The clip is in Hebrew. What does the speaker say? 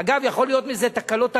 אגב, יכולות להיות מזה תקלות איומות,